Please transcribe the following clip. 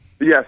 Yes